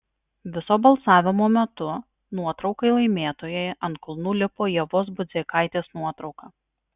viso balsavimo metu nuotraukai laimėtojai ant kulnų lipo ievos budzeikaitės nuotrauka